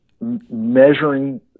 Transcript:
measuring